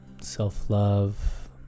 self-love